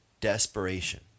desperation